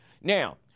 Now